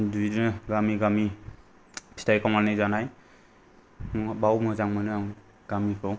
बिदिनो गामि गामि फिथाइ खावनानै जानाय बाव मोजां मोनो आं गामिखौ